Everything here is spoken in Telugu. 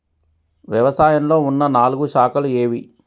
వ్యవసాయంలో ఉన్న నాలుగు శాఖలు ఏవి?